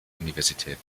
universität